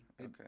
Okay